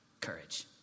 courage